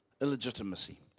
illegitimacy